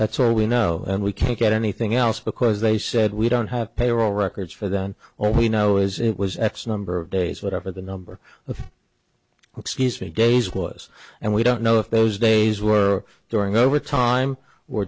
that's all we know and we can't get anything else because they said we don't have payroll records for them or we know is it was x number of days whatever the number of excuse me days was and we don't know if those days were during over time